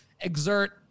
exert